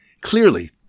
Clearly